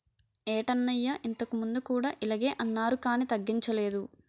ఏటన్నయ్యా ఇంతకుముందు కూడా ఇలగే అన్నారు కానీ తగ్గించలేదు